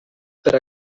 per